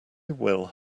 will